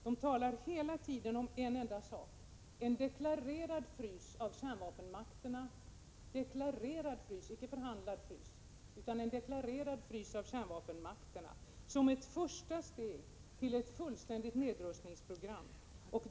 De talas hela tiden om en enda sak: En deklarerad — icke förhandlad — frysning av kärnvapenmakterna som ett första steg till ett fullständigt nedrustningsprogram.